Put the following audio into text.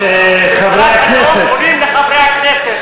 בתחילת הנאום פונים לחברי הכנסת,